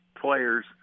players